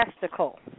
testicle